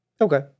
Okay